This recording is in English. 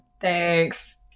Thanks